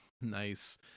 Nice